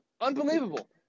Unbelievable